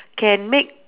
can make